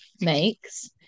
makes